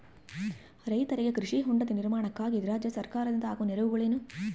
ರೈತರಿಗೆ ಕೃಷಿ ಹೊಂಡದ ನಿರ್ಮಾಣಕ್ಕಾಗಿ ರಾಜ್ಯ ಸರ್ಕಾರದಿಂದ ಆಗುವ ನೆರವುಗಳೇನು?